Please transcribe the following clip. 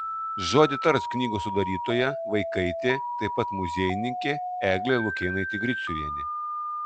žodį tars knygos sudarytoja vaikaitė taip pat muziejininkė eglė lukėnaitė griciuvienė